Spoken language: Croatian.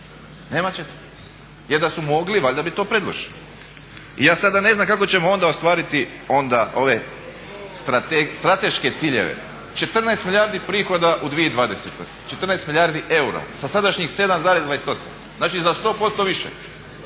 Nema četvrtog. Jer da su mogli, valjda bi to predložili. I ja sada ne znam kako ćemo onda ostvariti onda ove strateške ciljeve, 14 milijardi prihoda u 2020., 14 milijardi eura sa sadašnjih 7,28 znači za 100% više,